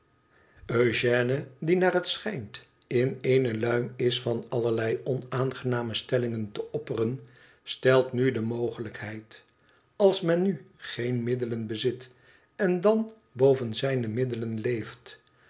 eugène die naar het schijnt in eene luim is van allerlei onaangename stellingen te opperen stelt nu de mogelijkheid als men nu geen middelen bezit en dan boven zijne middelen leeft